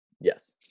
yes